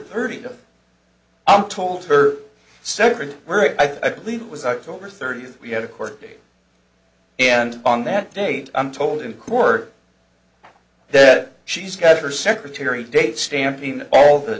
thirtieth i'm told her separate i believe it was october thirtieth we had a court date and on that date i'm told in court that she's got her secretary date stamp in all the